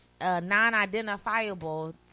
non-identifiable